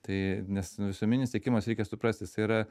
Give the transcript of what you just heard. tai nes nu visuomeninis tiekimas reikia suprasti jisai yra